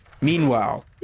Meanwhile